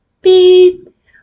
Beep